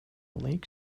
lake